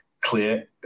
clear